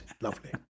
Lovely